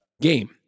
game